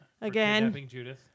again